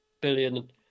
billion